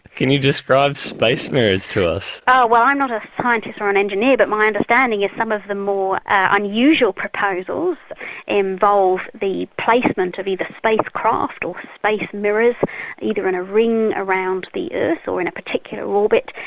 can you describe space mirrors to us? oh well i'm not a scientist or an engineer but my understanding is some of the more unusual proposals involve the placement of either spacecraft or space like mirrors either in a ring around the earth or in a particular orbit,